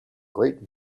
great